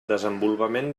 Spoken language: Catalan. desenvolupament